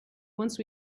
once